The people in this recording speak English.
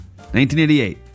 1988